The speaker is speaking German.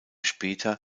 später